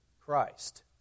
Christ